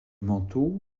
manteau